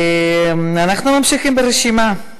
אנחנו ממשיכים ברשימה.